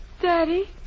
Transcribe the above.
Daddy